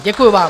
Děkuji vám.